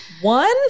one